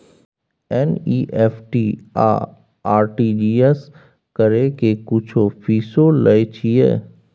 NEFT आ RTGS करै के कुछो फीसो लय छियै?